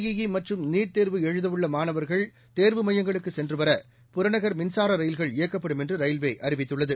E மற்றும் NEET தேர்வு எழுதவுள்ள மாணவர்கள் தேர்வு மையங்களுக்குச் சென்றுவர புறநகர் மின்சார ரயில்கள் இயக்கப்படும் என்று ரயில்வே அறிவித்துள்ளது